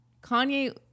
Kanye